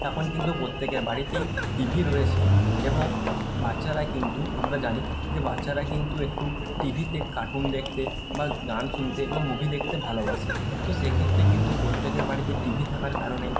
এখন কিন্তু প্রত্যেকের বাড়িতেই টিভি রয়েছে এবং বাচ্চারা কিন্তু আমরা জানি যে বাচ্চারা কিন্তু একটু টিভিতে কার্টুন দেখতে বা গান শুনতে বা মুভি দেখতে ভালোবাসে তো সেক্ষেত্রে কিন্তু প্রত্যেকের বাড়িতে টিভি থাকার কারণেই